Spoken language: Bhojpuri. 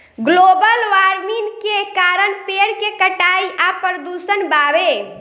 ग्लोबल वार्मिन के कारण पेड़ के कटाई आ प्रदूषण बावे